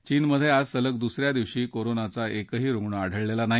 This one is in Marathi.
चीनमध्ये आज सलग दुसऱ्या दिवशी कोरोनाचा एकही रुग्ण आढळलेला नाही